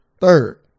Third